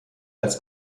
als